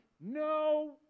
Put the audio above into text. No